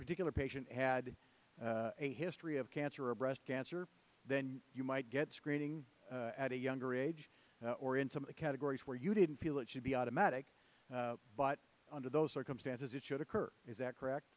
particular patient had a history of cancer or breast cancer then you might get screening at a younger age or in some categories where you didn't feel it should be automatic but under those circumstances it should occur is that correct